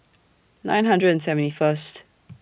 nine hundred and seventy First